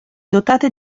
dotate